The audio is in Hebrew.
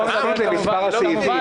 זה קשור למספר הסעיפים.